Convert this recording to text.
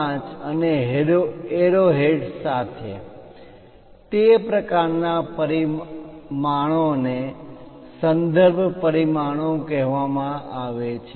5 અને એરોહેડ્સ સાથે તે પ્રકારના પરિમાણોને સંદર્ભ પરિમાણો કહેવામાં આવે છે